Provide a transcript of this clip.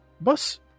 Bus